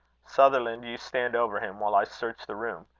sutherland, you stand over him while i search the room.